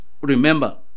Remember